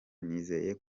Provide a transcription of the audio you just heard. nizeye